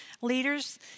Leaders